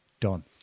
Done